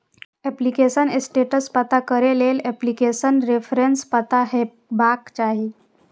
application status पता करै लेल एप्लीकेशन रेफरेंस पता हेबाक चाही